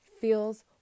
feels